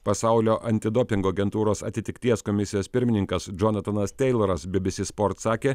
pasaulio antidopingo agentūros atitikties komisijos pirmininkas džonatanas teiloras bbc sport sakė